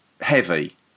heavy